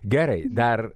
gerai dar